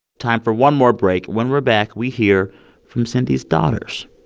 time for one more break. when we're back, we hear from cindy's daughters.